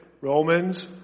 Romans